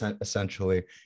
essentially